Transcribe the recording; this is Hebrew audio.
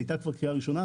היתה כבר קריאה ראשונה.